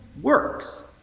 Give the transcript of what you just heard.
works